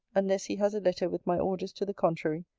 unless he has a letter with my orders to the contrary,